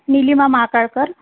Nilima Mahakalkar